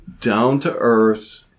down-to-earth